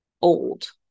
old